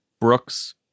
Brooks